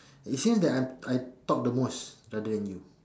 it seems that I I talk the most rather than you